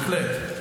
בהחלט.